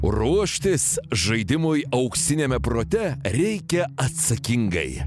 ruoštis žaidimui auksiniame prote reikia atsakingai